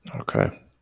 Okay